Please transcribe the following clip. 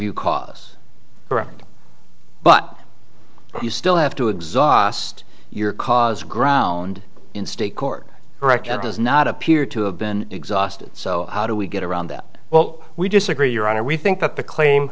you cause us around but you still have to exhaust your cause ground in state court correct and does not appear to have been exhausted so how do we get around that well we disagree your honor we think that the claim